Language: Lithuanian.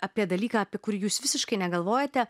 apie dalyką apie kurį jūs visiškai negalvojate